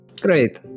Great